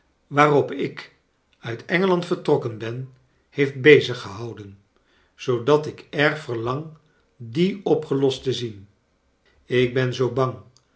waarop ik uit engeland vertrokken ben heeft beziggehouden zoodat ik erg verlang die opgelost te zien ik ben zoo bang